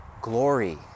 glory